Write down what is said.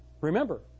Remember